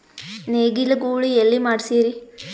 ನೇಗಿಲ ಗೂಳಿ ಎಲ್ಲಿ ಮಾಡಸೀರಿ?